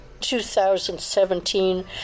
2017